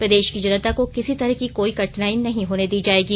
प्रदेश की जनता को किसी तरह की कोई कठिनाई नहीं होने दी जाएगी